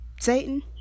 Satan